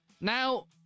now